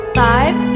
five